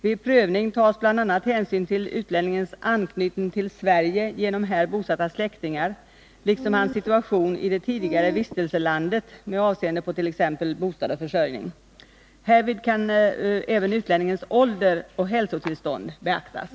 Vid prövningen tas bl.a. hänsyn till utlänningens anknytning till Sverige genom här bosatta släktingar, liksom hans situation i det tidigare vistelselandet med avseende på t.ex. bostad och försörjning. Härvid kan även utlänningens ålder och hälsotillstånd beaktas.